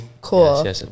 Cool